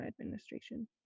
administration